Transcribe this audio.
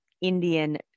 Indian